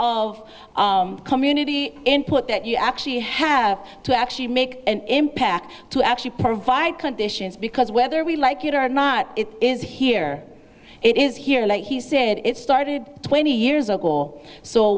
of community input that you actually have to actually make an impact to actually provide conditions because whether we like it or not it is here it is here and he said it started twenty years ago